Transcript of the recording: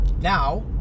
Now